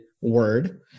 word